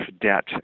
debt